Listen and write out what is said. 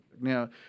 Now